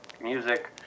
music